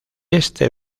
este